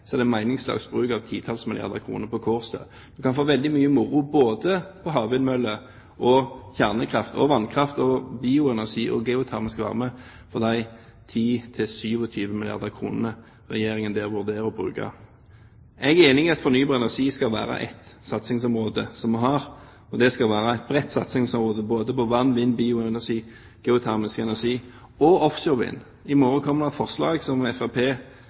så er det meningsløs bruk av titalls milliarder kroner på Kårstø. En kan få veldig mye moro med hensyn til både havvindmøller, kjernekraft, vannkraft, bioenergi og geotermisk varme for de 10–27 milliarder kr Regjeringen vurderer å bruke der. Jeg er enig i at fornybar energi skal være ett satsingsområde som vi har. Og det skal være et bredt satsingsområde, som gjelder både vann, vind, bioenergi, geotermisk energi og offshore vind. I morgen vil Fremskrittspartiet og resten av opposisjonen fremme et forslag